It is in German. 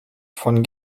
von